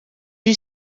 you